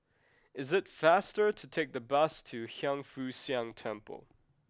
is it faster to take the bus to Hiang Foo Siang Temple